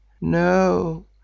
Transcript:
No